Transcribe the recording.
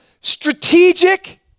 strategic